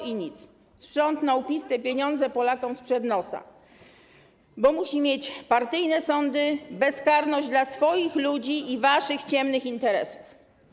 I nic. PiS sprzątnął te pieniądze Polakom sprzed nosa, bo musi mieć partyjne sądy, bezkarność dla swoich ludzi i waszych ciemnych interesów.